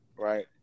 right